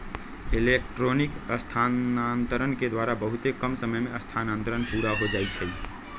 electronic स्थानान्तरण के द्वारा बहुते कम समय में स्थानान्तरण पुरा हो जाइ छइ